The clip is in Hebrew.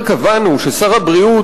כאשר קבענו ש"שר הבריאות,